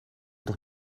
toch